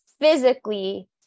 physically